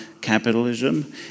capitalism